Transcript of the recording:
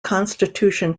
constitution